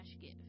give